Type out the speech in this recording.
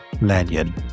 lanyon